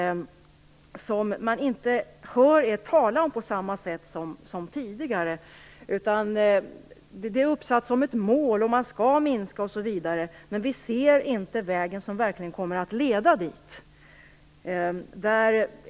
Man hör er inte tala om det på samma sätt som tidigare. Det är uppsatt som ett mål - man skall minska arbetslösheten osv. - men vi ser inte vägen som verkligen kommer att leda dit.